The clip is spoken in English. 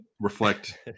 reflect